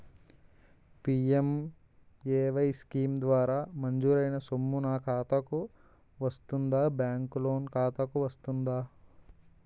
PMAY scheme ద్వారా మంజూరైన సొమ్ము నా ఖాతా కు వస్తుందాబ్యాంకు లోన్ ఖాతాకు వస్తుందా?